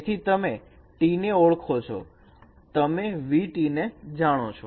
તેથી તમે t ને ઓળખો છો તમે vT જાણો છો